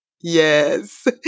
Yes